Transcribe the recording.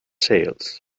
sales